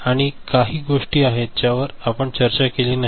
या काही गोष्टी आहेत ज्यावर आपण चर्चा केली नाही